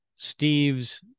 steves